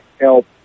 help